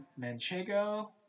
manchego